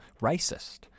racist